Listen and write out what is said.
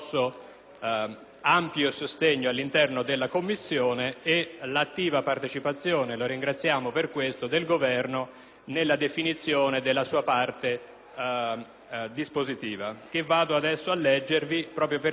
riscosso ampio sostegno all'interno della Commissione e l'attiva partecipazione - lo ringraziamo per questo - del Governo nella definizione della sua parte dispositiva.